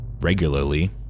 regularly